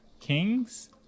kings